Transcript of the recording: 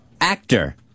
Actor